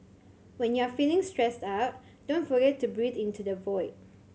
when you are feeling stressed out don't forget to breathe into the void